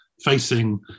facing